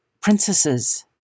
princesses